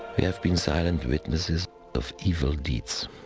we have been silent witnesses of evil deeds.